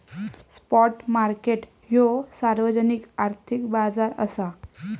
spot market ह्यो सार्वजनिक आर्थिक बाजार असा